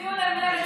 תצביעו למרצ.